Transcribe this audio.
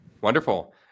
Wonderful